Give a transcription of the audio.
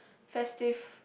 festive